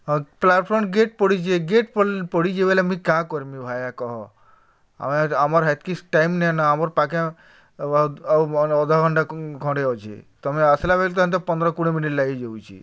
ହଁ platform gate ପଡ଼ିଛେ gate ପଡ଼ିଛେ ବେଲେ ମୁଇଁ କାଁ କର୍ମି ଭାୟା କହ ଆମେ ଆମର୍ ହେତ୍କି ଟାଇମ୍ ନେଇ ନ ଆମର୍ ପାଖେ ଆଉ ଅଧଘଣ୍ଟା ଘଣେ ଅଛେ ତମେ ଆସ୍ଲାବେଲ୍କେ ତ ହେନ୍ତା ପନ୍ଦ୍ର କୁଡ଼େ ମିନିଟ୍ ଲାଗିଯାଉଚେ